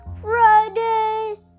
Friday